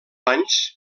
anys